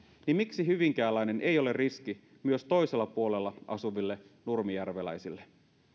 niin miksi hyvinkääläinen ei ole riski myös toisella puolella asuville nurmijärveläisille